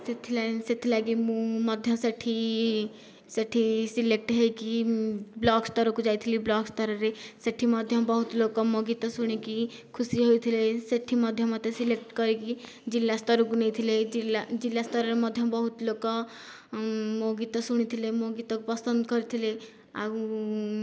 ସେଥିପାଇଁ ସେଥିପାଇଁ ମୁଁ ମଧ୍ୟ ସେଇଠି ସେଇଠି ସିଲେକ୍ଟ ହୋଇକି ବ୍ଲକ ସ୍ତରକୁ ଯାଇଥିଲି ବ୍ଲକ ସ୍ତରରେ ସେଇଠି ମଧ୍ୟ ବହୁତ ଲୋକ ମୋ ଗୀତ ଶୁଣିକି ଖୁସି ହୋଇଥିଲେ ସେଇଠି ମଧ୍ୟ ମୋତେ ସିଲେକ୍ଟ କରିକି ଜିଲ୍ଲା ସ୍ତରକୁ ନେଇଥିଲେ ଜିଲ୍ଲା ସ୍ତରରେ ମଧ୍ୟ ବହୁତ ଲୋକ ମୋ ଗୀତ ଶୁଣିଥିଲେ ମୋ ଗୀତକୁ ପସନ୍ଦ କରିଥିଲେ ଆଉ